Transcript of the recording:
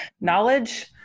knowledge